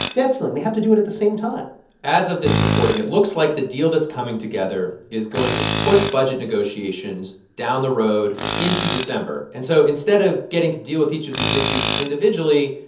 debt ceiling. they have to do it at the same time as of this recording, it looks like the deal that's coming together is going to push budget negotiations down the road into december. and so instead of getting to deal with each of these issues individually,